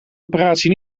operatie